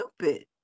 stupid